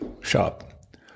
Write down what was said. shop